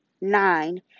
nine